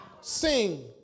Sing